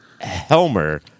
Helmer